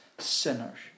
Sinners